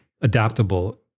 adaptable